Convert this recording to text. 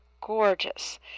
gorgeous